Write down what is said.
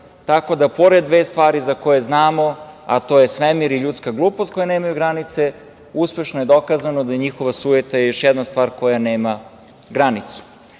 tako da pored dve stvari za koje znamo, a to je svemir i ljudska glupost koji nemaju granice, uspešno je dokazano da je njihova sujeta još jedna stvar koja nema granicu.U